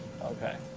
Okay